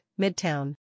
Midtown